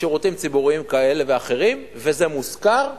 שירותים ציבוריים כאלה ואחרים, וזה מושכר.